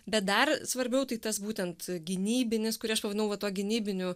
bet dar svarbiau tai tas būtent gynybinis kurį aš pavadinau va tuo gynybiniu